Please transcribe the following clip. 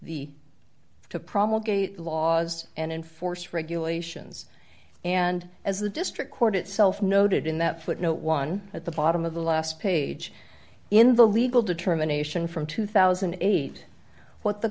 to promulgated laws and enforce regulations and as the district court itself noted in that footnote one at the bottom of the last page in the legal determination from two thousand and eight what the